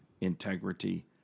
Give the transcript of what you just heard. integrity